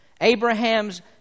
Abraham's